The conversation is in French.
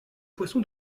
poisson